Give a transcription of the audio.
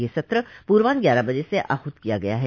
यह सत्र पूर्वान्ह ग्यारह बजे से आहूत किया गया है